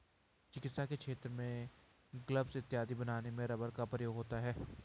चिकित्सा के क्षेत्र में ग्लब्स इत्यादि बनाने में रबर का प्रयोग होता है